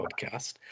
podcast